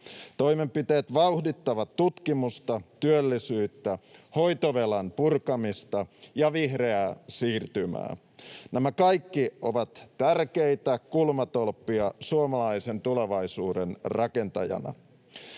Toimenpiteet vauhdittavat tutkimusta, työllisyyttä, hoitovelan purkamista ja vihreää siirtymää. Nämä kaikki ovat tärkeitä kulmatolppia suomalaisen tulevaisuuden rakentajana.